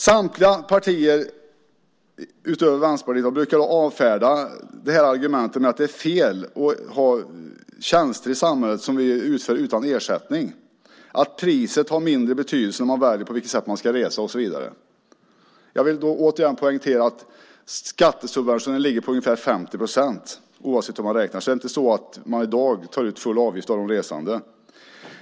Samtliga partier utom Vänsterpartiet brukar avfärda det här argumentet med att det är fel att ha tjänster i samhället som utförs utan ersättning, att priset har en mindre betydelse för valet av sättet att resa och så vidare. Jag vill återigen poängtera att skattesubventioneringen ligger på ungefär 50 procent, oavsett hur man räknar så det är inte så att full avgift i dag tas ut av de resande.